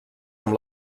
amb